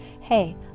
Hey